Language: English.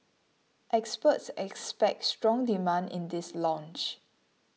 experts expect strong demand in this launch